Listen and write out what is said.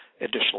additional